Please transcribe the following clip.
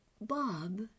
Bob